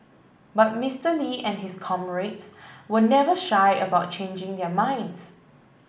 but Mister Lee and his comrades were never shy about changing their minds